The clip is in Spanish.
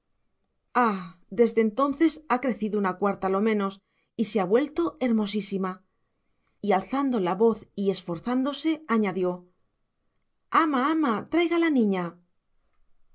desde entonces ha crecido una cuarta lo menos y se ha vuelto hermosísima y alzando la voz y esforzándose añadió ama ama traiga la niña